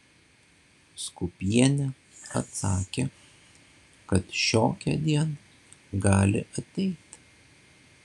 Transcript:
skūpienė atsakė kad šiokiądien gali ateit